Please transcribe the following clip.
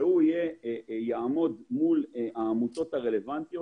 והיום הוא יעמוד מול העמותות הרלוונטיות